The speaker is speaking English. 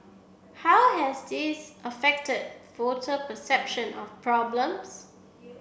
how has this affected voter perception of problems